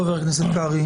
חבר הכנסת קרעי,